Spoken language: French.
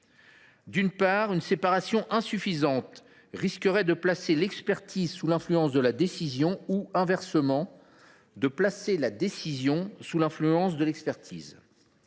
de sûreté. Une séparation insuffisante risquerait en effet de placer l’expertise sous l’influence de la décision ou, inversement, de placer la décision sous l’influence de l’expertise